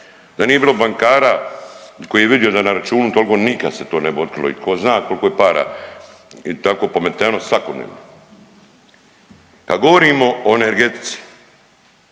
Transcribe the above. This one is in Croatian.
da nije bilo bankara koji je vidio da je na računu toliko, nikad se to ne bi otkrilo i tko zna koliko je para tako pometeno svakodnevno. Kad govorimo o energetici,